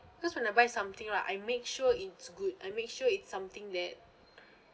because when I buy something right make sure it's good I make sure it's something that